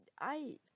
I-